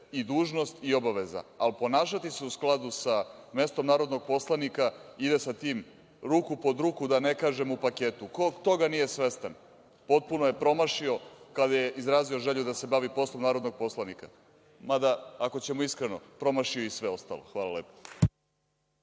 i dužnost i obaveza, ali ponašati se u skladu sa mestom narodnog poslanika ide sa tim ruku pod ruku, da ne kažem u paketu. Ko toga nije svestan, potpuno je promašio kada je izrazio želju da se bavi poslom narodnog poslanika. Mada, ako ćemo iskreno, promašio je i sve ostalo. Hvala lepo.